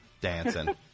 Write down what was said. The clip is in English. dancing